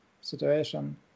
situation